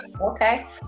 okay